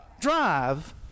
drive